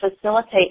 facilitate